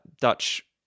Dutch